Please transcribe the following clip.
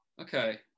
okay